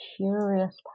curious